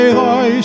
thy